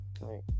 right